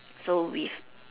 so with